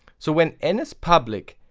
so when n is public,